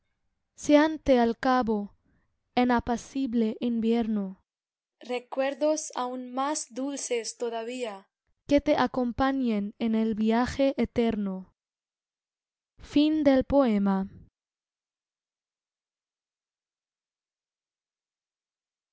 séante al cabo en apacible invierno recuerdos aun más dulces todavía que te acompañen en el viaje eterno